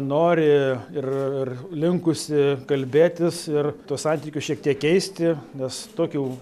nori ir ir linkusi kalbėtis ir tuos santykius šiek tiek keisti nes tokių